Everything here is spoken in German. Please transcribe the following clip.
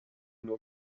nur